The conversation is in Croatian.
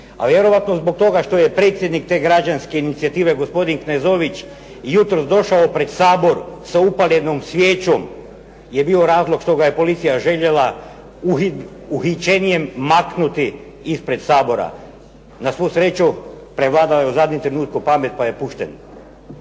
a vjerojatno zbog toga što je predsjednik te građanske inicijative gospodin Knezović jutros došao pred Sabor sa upaljenom svijećom je bio razlog što ga je policija željela uhićenjem maknuti ispred Sabora. Na svu sreću prevladala je u zadnjem trenutku pamet pa je pušten.